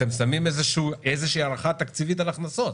אתם שמים איזושהי הערכה תקציבית על ההכנסות.